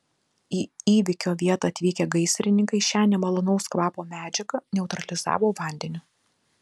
į įvykio vietą atvykę gaisrininkai šią nemalonaus kvapo medžiagą neutralizavo vandeniu